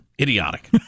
Idiotic